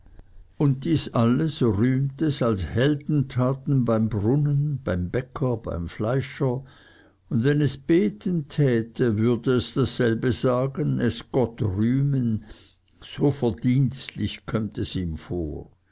und dies alles rühmt es als heldentaten beim brunnen beim bäcker beim fleischer und wenn es beten täte würde es dasselbe sagen es gott rühmen so verdienstlich kömmt es ihm vor